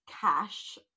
cash